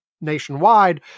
nationwide